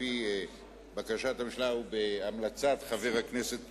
על-פי בקשת הממשלה, ובהמלצת חבר הכנסת פלסנר,